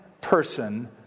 person